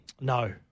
No